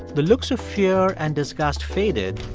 the looks of fear and disgust faded